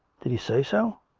did he say so?